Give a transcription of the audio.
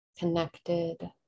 connected